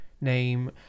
name